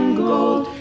gold